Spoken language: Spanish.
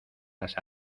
las